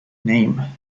name